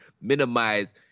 minimize